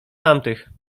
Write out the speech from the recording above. tamtych